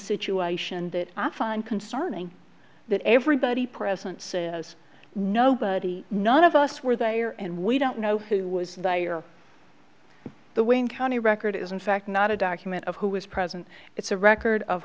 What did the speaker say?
situation that i find concerning that everybody present says nobody none of us where they are and we don't know who was there the wayne county record is in fact not a document of who was present it's a record of